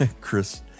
Chris